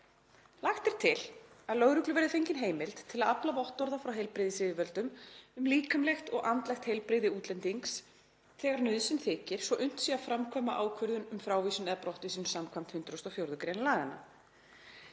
„Lagt er til að lögreglu verði fengin heimild til að afla vottorða frá heilbrigðisyfirvöldum um líkamlegt og andlegt heilbrigði útlendings þegar nauðsyn þykir svo unnt sé að framkvæma ákvörðun um frávísun eða brottvísun skv. 104. gr. laganna.